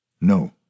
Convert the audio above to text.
No